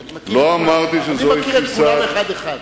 אני מכיר את כולם, אחד-אחד.